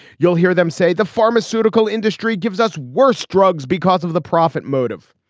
you'll hear them say the pharmaceutical industry gives us worse drugs because of the profit motive.